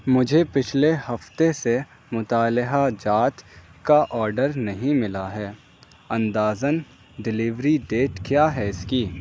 مجھے پچھلے ہفتے سے مصالحہ جات کا آرڈر نہیں ملا ہے اندازاً ڈیلیوری ڈیٹ کیا ہے اس کی